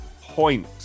point